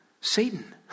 Satan